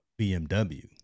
BMW